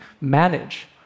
manage